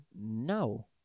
No